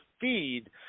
feed